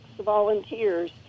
volunteers